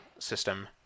system